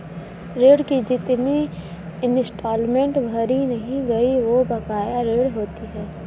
ऋण की जितनी इंस्टॉलमेंट भरी नहीं गयी वो बकाया ऋण होती है